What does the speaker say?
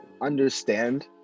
understand